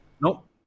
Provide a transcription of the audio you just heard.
Nope